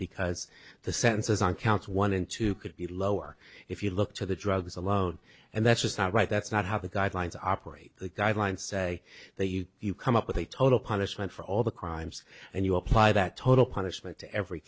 because the sentences on counts one in two could be lower if you look to the drugs alone and that's just not right that's not how the guidelines operate the guidelines say that you come up with a total punishment for all the crimes and you apply that total punishment to every